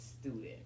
student